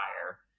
Higher